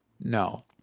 No